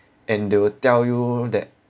and they will tell you that